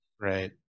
Right